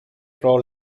pro